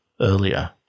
earlier